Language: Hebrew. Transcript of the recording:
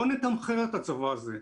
בוא נתמחר את הצבא הזה,